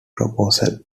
proposal